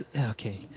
okay